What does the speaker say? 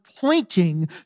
pointing